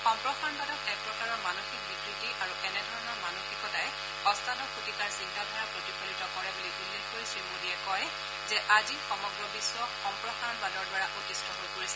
সম্প্ৰসাৰণবাদক এক প্ৰকাৰৰ মানসিক বিকৃতি আৰু এনেধৰণৰ মানসিকতাই অটাদশ শতিকাৰ চিন্তাধাৰা প্ৰতিফলিত কৰে বুলি উল্লেখ কৰি শ্ৰীমোডীয়ে কয় যে আজি সমগ্ৰ বিশ্ব সম্প্ৰসাৰণবাদৰ দ্বাৰা অতিষ্ঠ হৈ পৰিছে